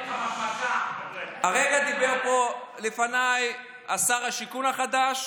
חמקמקה, הרגע דיבר פה לפניי שר השיכון החדש,